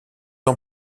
ans